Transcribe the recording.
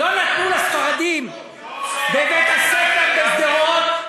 לא נתנו לספרדים בבית-הספר בשדרות,